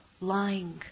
Lying